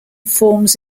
forms